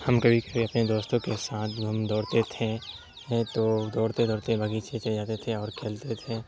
ہم کبھی کبھی اپنے دوستوں کے ساتھ گھوم دوڑتے تھے تو دوڑتے دوڑتے بغیچے چلے جاتے تھے اور کھیلتے تھے